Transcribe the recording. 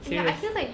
serious